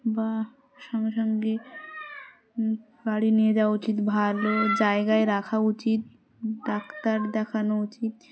বা সঙ্গে সঙ্গে বাড়ি নিয়ে যাওয়া উচিত ভালো জায়গায় রাখা উচিত ডাক্তার দেখানো উচিত